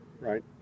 right